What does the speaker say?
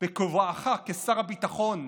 בכובעך כשר הביטחון,